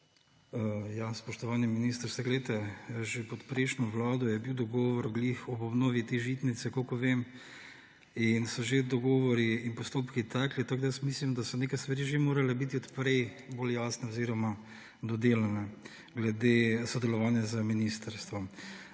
Spoštovani minister, že pod prejšnjo vlado je bil dogovor ravno o obnovi te žitnice, kolikor vem, in so že dogovori in postopki tekli, tako mislim, da so neke stvari že morale biti od prej bolj jasne oziroma dodelane glede sodelovanja z ministrstvom.